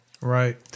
Right